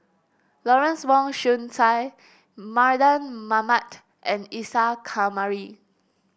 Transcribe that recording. Lawrence Wong Shyun Tsai Mardan Mamat and Isa Kamari